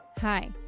Hi